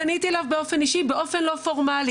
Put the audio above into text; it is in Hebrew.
פניתי אליו באופן אישי ובאופן לא פורמלי.